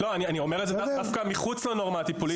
לא, אני אומר את זה דווקא מחוץ לנורמה הטיפולית.